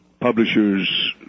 publishers